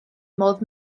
modd